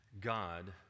God